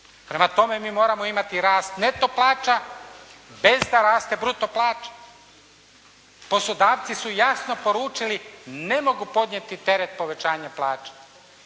Prema tome mi moramo imati rast neto plaća bez da raste bruto plaća. Poslodavci su jasno poručili ne mogu podnijeti teret povećanja plaća.